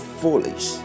foolish